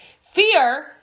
fear